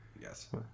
Yes